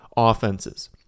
Offenses